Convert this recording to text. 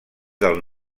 del